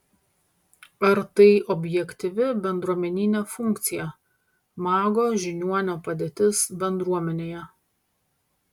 ar tai objektyvi bendruomeninė funkcija mago žiniuonio padėtis bendruomenėje